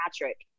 Patrick